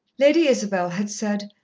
lady isabel had said,